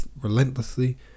relentlessly